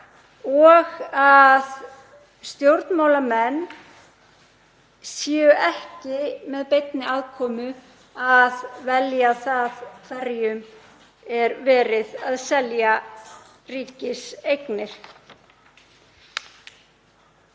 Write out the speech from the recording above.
og að stjórnmálamenn séu ekki með beinni aðkomu að velja hverjum er verið að selja ríkiseignir.